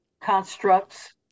constructs